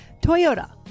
Toyota